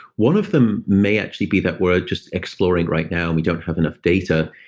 one of them may actually be that. we're just exploring right now, and we don't have enough data,